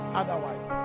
otherwise